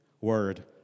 Word